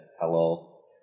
hello